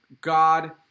God